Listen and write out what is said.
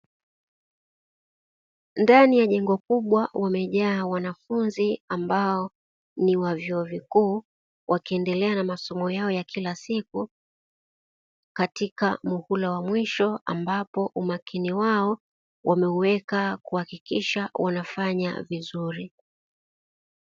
Ndani ya jengo kubwa wamejaa wanafunzi ambao ni wa vyuo kikuu wakiendelea na masomo yao ya kila siku katika muhula wa mwisho ambapo umakini wao wameuweka kuhakikisha wanafanya vizuri.